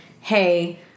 hey